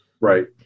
Right